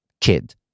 kid